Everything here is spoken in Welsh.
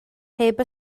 heb